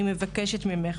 אני מבקשת ממך,